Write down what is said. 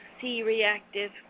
C-reactive